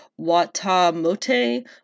Watamote